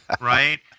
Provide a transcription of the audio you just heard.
right